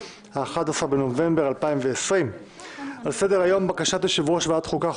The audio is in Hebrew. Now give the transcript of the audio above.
11 בנובמבר 2020. על סדר היום: בקשת יושב-ראש ועדת החוקה,